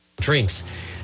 drinks